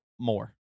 more